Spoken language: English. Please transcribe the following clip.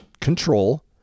control